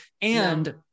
And-